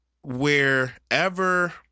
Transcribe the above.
Wherever